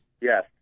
Yes